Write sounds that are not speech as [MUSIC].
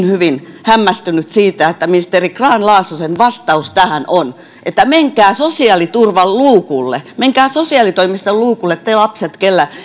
[UNINTELLIGIBLE] hyvin hämmästynyt siitä että ministeri grahn laasosen vastaus tähän on että menkää sosiaaliturvan luukulle menkää sosiaalitoimiston luukulle te lapset